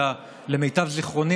אלא למיטב זיכרוני,